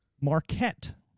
Marquette